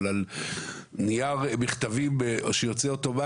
אבל היה צורך לשלם על נייר מכתבים שיוצא אוטומטית.